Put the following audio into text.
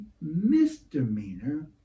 misdemeanor